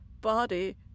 body